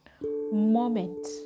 moment